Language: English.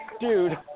dude